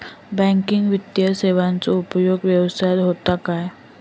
Banking वित्तीय सेवाचो उपयोग व्यवसायात होता काय?